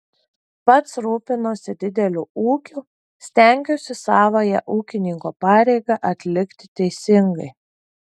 pats rūpinuosi dideliu ūkiu stengiuosi savąją ūkininko pareigą atlikti teisingai